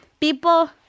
people